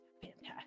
fantastic